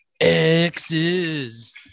x's